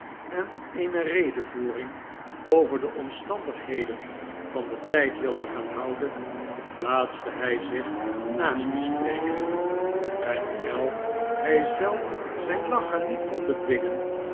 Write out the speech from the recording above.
en eene redevoering over de omstandigheden van den tijd wilde gaan houden plaatste hij zich naast den spreker en hoewel hij zelf zijn lachen met kon bedwingen